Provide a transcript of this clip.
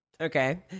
Okay